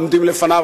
עומדים לפניו.